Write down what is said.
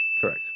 Correct